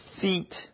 seat